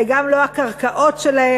אלה גם לא הקרקעות שלהם,